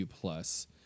plus